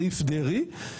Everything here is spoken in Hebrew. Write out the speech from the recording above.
סעיף דרעי,